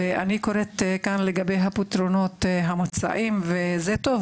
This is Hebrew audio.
ואני קוראת לגבי הפתרונות המוצעים, זה טוב